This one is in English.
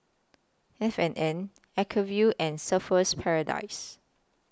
F and N Acuvue and Surfer's Paradise